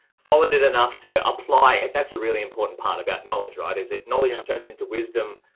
followed it. enough to apply it. that's a really important part about knowledge, right? is it knowledge turns into wisdom.